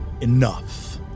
enough